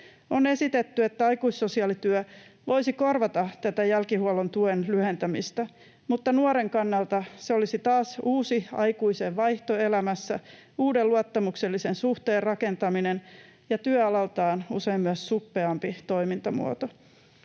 On esitetty, että aikuissosiaalityö voisi korvata tätä jälkihuollon tuen lyhentämistä, mutta nuoren kannalta se olisi taas uusi aikuisen vaihto elämässä, uuden luottamuksellisen suhteen rakentaminen ja työalaltaan usein myös suppeampi toimintamuoto.